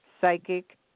psychic